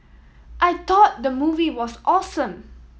I thought the movie was awesome